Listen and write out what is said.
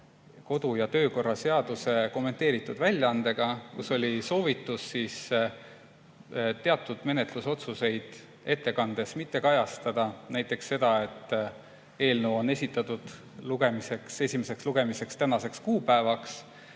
kodu- ja töökorra seaduse kommenteeritud väljaandega, kus oli soovitus teatud menetlusotsuseid ettekandes mitte kajastada, näiteks seda, et eelnõu on esitatud esimeseks lugemiseks tänaseks kuupäevaks,